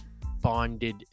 Bonded